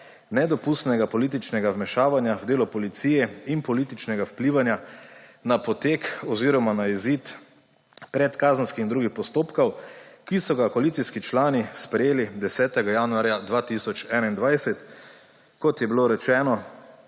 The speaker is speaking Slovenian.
nedopustnega političnega vmešavanja v delo policije in političnega vplivanja na potek oziroma izid predkazenskih in drugih postopkov; ki so ga koalicijski člani sprejeli 10. januarja 2021. Kot je bilo rečeno,